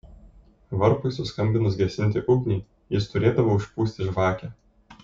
varpui suskambinus gesinti ugnį jis turėdavo užpūsti žvakę